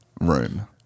room